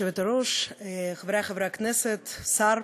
גברתי היושבת-ראש, חברי חברי הכנסת, השר,